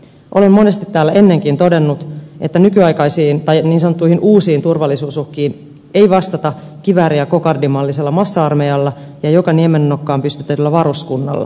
olen monesti täällä ennenkin todennut että nykyaikaisiin tai niin sanottuihin uusiin turvallisuusuhkiin ei vastata kivääri ja kokardi mallisella massa armeijalla ja joka niemennokkaan pystytetyllä varuskunnalla